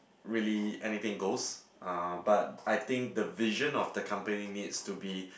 really anything goes uh but I think the vision of the company needs to be